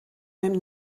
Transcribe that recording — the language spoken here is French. même